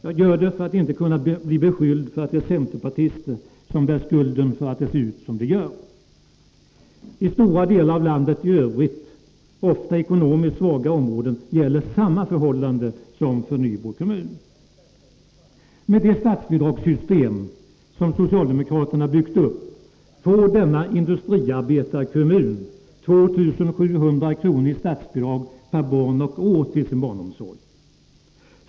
Det gör jag för att inte bli beskylld för att det är centerpartister som bär skulden för att det ser ut som det gör i denna kommun. I stora delar av landet i övrigt, ofta i ekonomiskt svaga områden, gäller samma förhållanden som för Nybro kommun. Med det statsbidragssystem som socialdemokraterna byggt upp får denna industriarbetarkommun 2 700 kr. i statsbidrag per barn och år till sin barnomsorg.